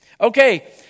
Okay